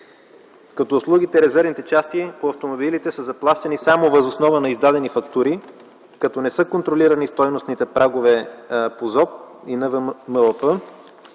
като услугите и резервните части по автомобилите са заплащани само въз основа на издадени фактури като не са контролирани стойностните прагове по Закона за